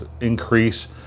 increase